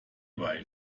weil